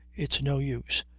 it's no use,